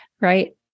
right